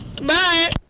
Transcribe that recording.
Bye